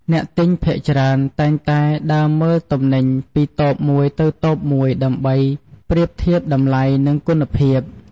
អ្នកទិញភាគច្រើនតែងតែដើរមើលទំនិញពីតូបមួយទៅតូបមួយដើម្បីប្រៀបធៀបតម្លៃ និងគុណភាព។